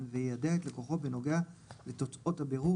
ויידע את לקוחו בנוגע לתוצאות הבירור,